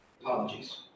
Apologies